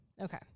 Okay